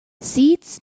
seeds